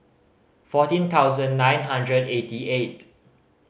fourteen thousand nine hundred eighty eight